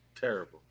Terrible